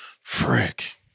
Frick